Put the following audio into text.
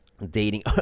dating